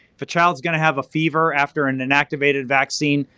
if a child's going to have a fever after an inactivated vaccine,